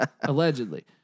Allegedly